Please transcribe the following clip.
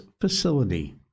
facility